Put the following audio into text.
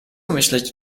myśleć